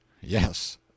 Yes